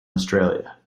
australia